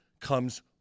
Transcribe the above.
comes